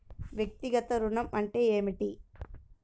వ్యక్తిగత ఋణం అంటే ఏమిటి?